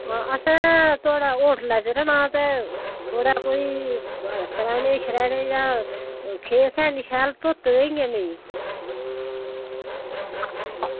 असें थउुआढ़े होटलै च रैहना यरो ते थुआढ़े कोई सर्हैने जां खेस इंया शैल धोते दे जां नेईं